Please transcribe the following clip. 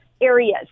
areas